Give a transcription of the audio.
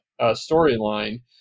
storyline